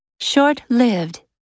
Short-lived